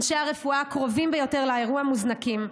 אנשי הרפואה הקרובים ביותר לאירוע מוזנקים,